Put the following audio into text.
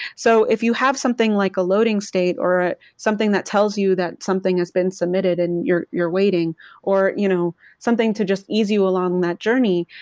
so if you have something like a loading state or ah something that tells you that something has been submitted and you're you're waiting or, you know, something to just easy along that journey,